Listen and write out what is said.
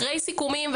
אחרי סיכומים,